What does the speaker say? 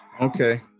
Okay